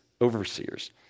overseers